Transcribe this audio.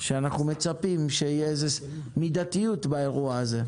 אנחנו מצפים שתהיה מידתיות באירוע הזה.